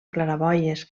claraboies